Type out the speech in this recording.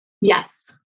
Yes